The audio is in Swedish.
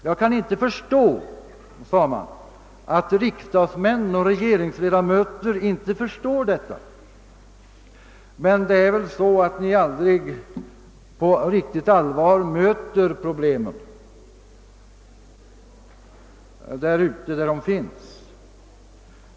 Hon kunde inte förstå att riksdagsmän och regeringsledamöter inte inser detta och sade att det möjligen kunde bero på att de inte möter problemen riktigt på allvar där de finns.